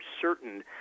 certain